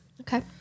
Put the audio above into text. Okay